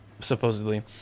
supposedly